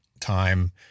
time